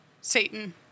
Satan